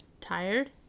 tired